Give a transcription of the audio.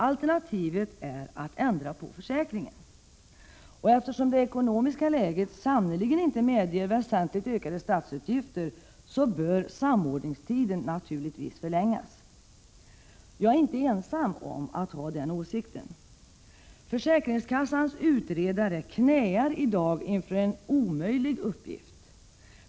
Alternativet är att ändra försäkringen. Eftersom det ekonomiska läget sannerligen inte medger väsentligt ökade statsutgifter bör samordningstiden naturligtvis förlängas. Jag är inte ensam om att ha denna åsikt. Försäkringskassan utredare knäar i dag under en omöjlig uppgift.